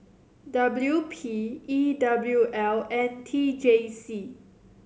W P E W L and T J C